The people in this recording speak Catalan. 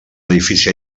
edifici